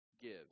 Gives